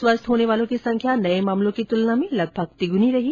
स्वस्थ होने वालों की संख्या नए मामलों की तुलना में लगभग तिगुनी रही